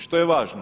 Što je važno?